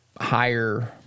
higher –